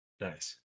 nice